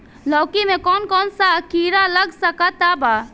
लौकी मे कौन कौन सा कीड़ा लग सकता बा?